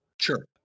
Sure